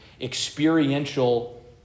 experiential